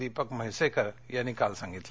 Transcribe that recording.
दीपक म्हैसेकर यांनी काल सांगितलं